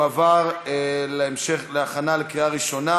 התשע"ה 2015,